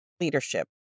leadership